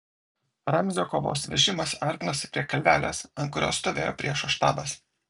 ramzio kovos vežimas artinosi prie kalvelės ant kurios stovėjo priešo štabas